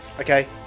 okay